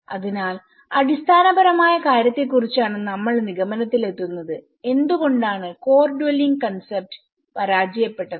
അതിനാൽ അടിസ്ഥാനപരമായ കാര്യത്തെക്കുറിച്ചാണ് നമ്മൾ നിഗമനത്തിൽ എത്തുന്നത് എന്ത് കൊണ്ടാണ് കോർ ഡ്വെല്ലിംഗ് കൺസെപ്റ്റ് പരാജയപ്പെട്ടത്